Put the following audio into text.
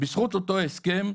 בזכות אותו הסכם,